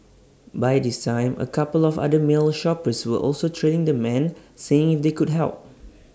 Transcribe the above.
by this time A couple of other male shoppers were also trailing the man seeing if they could help